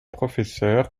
professeur